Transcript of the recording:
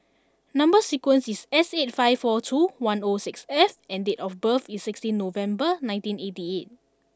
number sequence is S eighty five four two one O six F and date of birth is sixteen November nineteen eighty eight